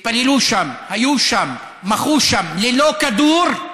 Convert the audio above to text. התפללו שם, היו שם, מחו שם, ללא כדור,